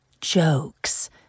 jokes